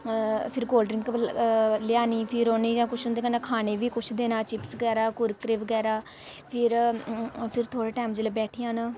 फिर cold drink लेआनी फिर उ'नेंगी जां कुछ उं'दे कन्नै खाने गी बी कुछ देना चिप्स बगैरा कुरकरे बगैरा फिर फिर थोह्ड़े टैम जेल्लै बैठी जान